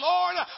Lord